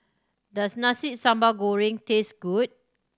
does Nasi Sambal Goreng taste good